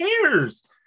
cares